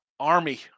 Army